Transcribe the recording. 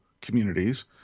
communities